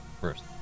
first